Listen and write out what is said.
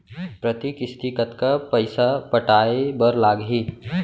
प्रति किस्ती कतका पइसा पटाये बर लागही?